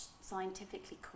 scientifically